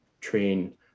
train